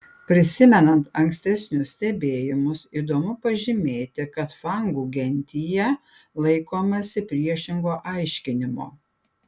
prisimenant ankstesnius stebėjimus įdomu pažymėti kad fangų gentyje laikomasi priešingo aiškinimo